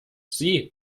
sie